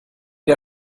der